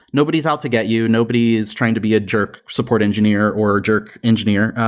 nobody's out to get you. nobody's trying to be a jerk support engineer or jerk engineer,